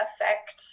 affect